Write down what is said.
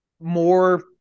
More